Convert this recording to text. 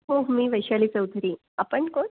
हो मी वैशाली चौधरी आपण कोण